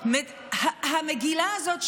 המגילה הזאת,